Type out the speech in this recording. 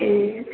ए